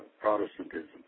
Protestantism